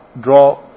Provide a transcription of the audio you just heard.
draw